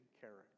character